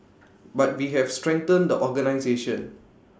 but we have strengthened the organisation